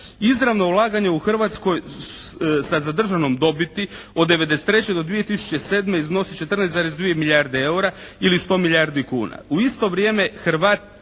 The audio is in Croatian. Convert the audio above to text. izravno ulaganje u Hrvatskoj sa zadržanom dobiti od 1993. do 2007. iznosi 14,2 milijarde EUR-a ili 100 milijardi kuna.